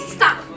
Stop